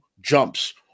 jumps